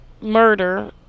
murder